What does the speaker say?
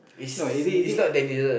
no is it is it